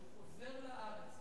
שהוא חוזר לארץ,